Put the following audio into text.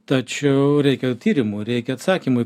tačiau reikia tyrimų reikia atsakymų į